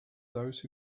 those